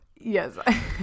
yes